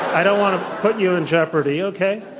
i don't want to put you in jeopardy, okay?